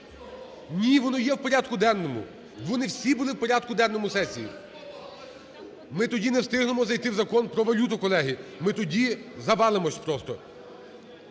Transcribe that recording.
Ні, воно є в порядку денному. Вони всі були в порядку денному сесії. (Шум у залі) Ми тоді не встигнемо зайти в Закон про валюту, колеги. Ми тоді завалимось просто.